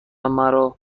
مرا